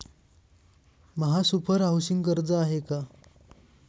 महासुपर हाउसिंग कर्ज आहे का?